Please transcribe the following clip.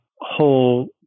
whole